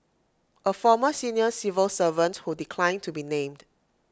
A former senior civil servant who declined to be named